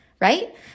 Right